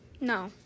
No